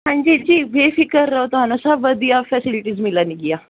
ਹਾਂਜੀ ਜੀ ਬੇਫਿਕਰ ਰਹੋ ਤੁਹਾਨੂੰ ਸਭ ਵਧੀਆ ਫੈਸਲਿਟੀਜ਼ ਮਿਲਾ ਨਹੀਂ ਗਿਆ